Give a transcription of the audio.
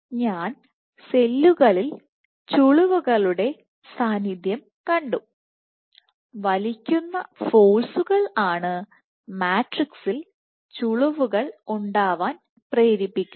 ഞാൻ സെല്ലുകളിൽ ചുളിവുകളുടെ സാന്നിധ്യം കണ്ടു വലിക്കുന്നഫോഴ്സുകൾ ആണ് മാട്രിക്സ്സിൽ ചുളുവുകൾ ഉണ്ടാവാൻ പ്രേരിപ്പിക്കുന്നത്